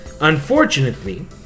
Unfortunately